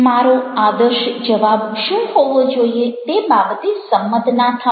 મારો આદર્શ જવાબ શું હોવો જોઈએ તે બાબતે સંમત ન થાઓ